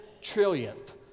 trillionth